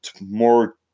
more